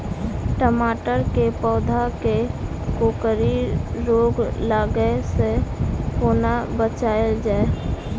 टमाटर केँ पौधा केँ कोकरी रोग लागै सऽ कोना बचाएल जाएँ?